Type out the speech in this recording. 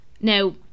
now